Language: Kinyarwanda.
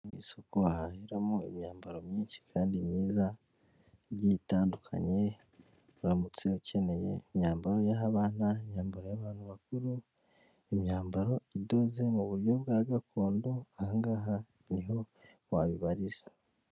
Isoko wahahiramo imyambaro myinshi kandi myiza igiye itandukanye, uramutse ukeneye imyambaro y'abana, imyambaro y'abantu bakuru, imyambaro idoze mu buryo bwa gakondo, aha ngaha ni ho wabibariza.